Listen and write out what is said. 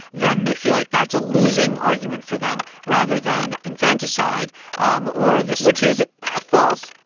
then they feel like that's a losing argument for them rather than infanticide um or this. which is ah false,